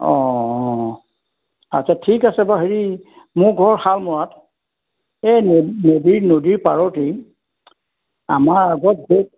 অঁ অঁ আচ্ছা ঠিক আছে বাৰু হেৰি মোৰ ঘৰ শালমৰাত এই নদী নদীৰ পাৰতেই আমাৰ আগত য'ত